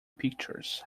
pictures